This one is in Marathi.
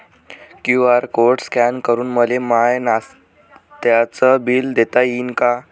क्यू.आर कोड स्कॅन करून मले माय नास्त्याच बिल देता येईन का?